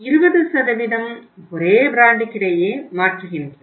20 ஒரே பிராண்டுக்கிடையே மாற்றுகின்றன